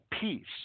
peace